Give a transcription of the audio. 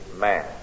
man